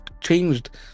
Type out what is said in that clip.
changed